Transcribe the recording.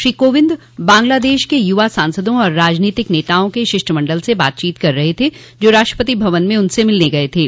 श्री कोविंद बांग्लादेश के युवा सांसदों और राजनीतिक नेताओं के शिष्टमंडल से बातचीत कर रहे थे जो राष्ट्रपति भवन में उनसे मिलने गए थे